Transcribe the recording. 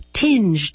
tinged